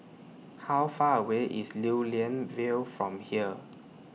How Far away IS Lew Lian Vale from here